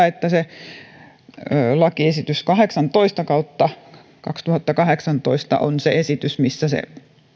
että lakiesitys kahdeksantoista kautta kaksituhattakahdeksantoista on se esitys missä se